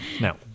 no